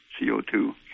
CO2